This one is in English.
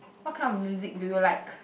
what kind of music do you like